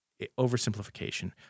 oversimplification